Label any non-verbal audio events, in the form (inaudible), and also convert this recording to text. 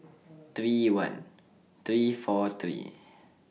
(noise) three one three four three